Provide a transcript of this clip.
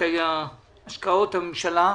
את השקעות הממשלה?